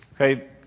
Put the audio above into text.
Okay